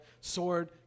sword